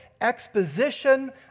exposition